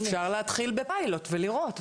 אפשר להתחיל בפיילוט ולראות.